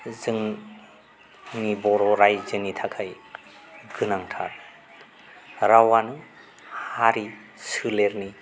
जोंनि बर' रायजोनि थाखाय गोनांथार रावानो हारि सोलेरनि